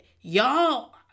y'all